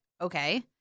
Okay